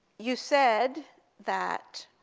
you said that